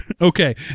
Okay